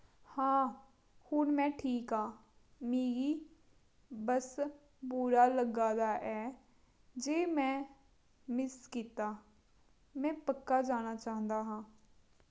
हां हून में ठीक आं मिगी बस बुरा लग्गा दा ऐ जे में मिस्स कीता में पक्का जाना चांह्दा हा